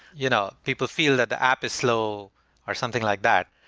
you know people feel that the app is slow or something like that.